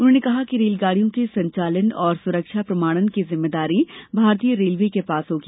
उन्होंने कहा कि रेलगाडियों के संचालन और सुरक्षा प्रमाणन की जिम्मेदारी भारतीय रेलवे के पास होगी